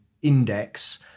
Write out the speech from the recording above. index